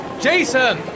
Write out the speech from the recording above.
Jason